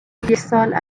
یکسال